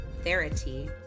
therapy